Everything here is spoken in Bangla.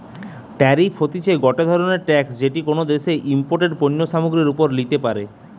ট্যারিফ হতিছে গটে ধরণের ট্যাক্স যেটি কোনো দ্যাশে ইমপোর্টেড পণ্য সামগ্রীর ওপরে লিতে পারে